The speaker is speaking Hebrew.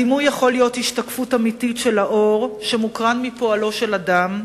הדימוי יכול להיות השתקפות אמיתית של האור שמוקרן מפועלו של אדם,